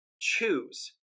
choose